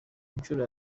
nshuro